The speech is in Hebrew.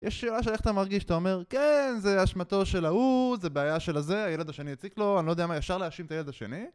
יש שאלה של איך אתה מרגיש, אתה אומר כן, זה אשמתו של ההוא, זה בעיה של הזה, הילד השני הציק לו, אני לא יודע מה, ישר להאשים את הילד השני,